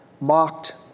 mocked